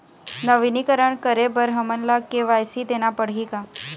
नवीनीकरण करे बर हमन ला के.वाई.सी देना पड़ही का?